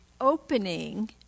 opening